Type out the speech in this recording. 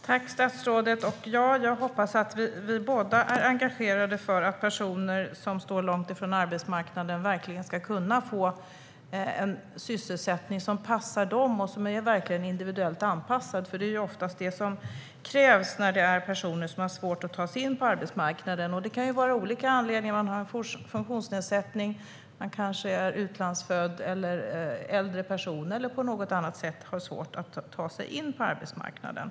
Fru talman! Jag hoppas att både statsrådet och jag är engagerade för att personer som står långt ifrån arbetsmarknaden ska kunna få en sysselsättning som passar dem och som verkligen är individuellt anpassad. Det är nämligen oftast det som krävs när det gäller personer som har svårt att ta sig in på arbetsmarknaden. Det kan ju ha olika anledningar - man kan ha en funktionsnedsättning, man kan vara utlandsfödd eller man kan vara äldre, men på något sätt har man svårt att ta sig in på arbetsmarknaden.